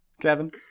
Kevin